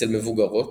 אצל מבוגרות,